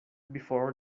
before